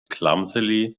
clumsily